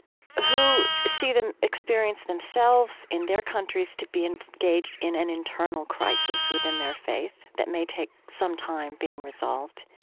who see them experience themselves in their countries to be engaged in an internal crisis within their faith that may take some time being resolved.